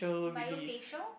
mayo facial